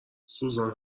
سوزان